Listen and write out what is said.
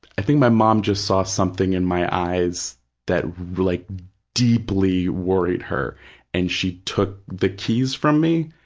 i think my mom just saw something in my eyes that like deeply worried her and she took the keys from me.